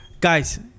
guys